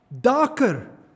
Darker